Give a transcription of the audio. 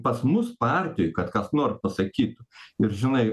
pas mus partijoj kad kas nor pasakytų ir žinai